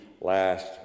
last